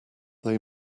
they